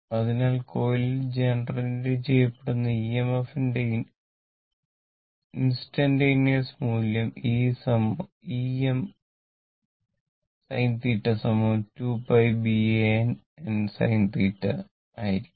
അതിനാൽ കോയിലിൽ ജനറേറ്റുചെയ്യുന്ന EMF ന്റെ ഇൻസ്റ്റന്റന്റ്സ് മൂല്യം e Emsin θ 2 π B A N n sin θ volt ആയിരിക്കും